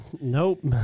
Nope